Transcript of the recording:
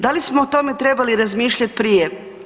Da li smo o tome trebali razmišljati prije?